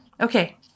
Okay